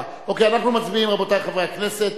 אנחנו מצביעים, רבותי חברי הכנסת.